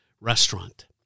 restaurant